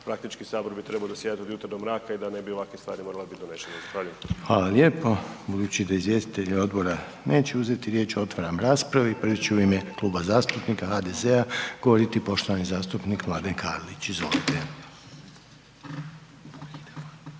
praktički sabor bi trebao zasjedat od jutra do mraka i da ne bi ovakve stvari morale biti donešene. Hvala lijepo. **Reiner, Željko (HDZ)** Hvala lijepo. Budući da izvjestitelj odbora neće uzeti riječ, otvaram raspravu i prvi će u ime Kluba zastupnika HDZ-a govoriti poštovani zastupnik Mladen Karlić. Izvolite.